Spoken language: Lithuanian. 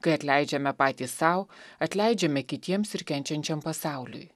kai atleidžiame patys sau atleidžiame kitiems ir kenčiančiam pasauliui